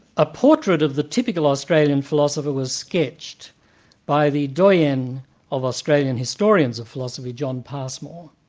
a portrait of the typical australian philosopher was sketched by the doyen of australian historians of philosophy, john passmore.